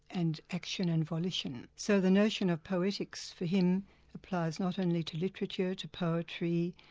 and action and volition. so the notion of poetics for him applies not only to literature, to poetry,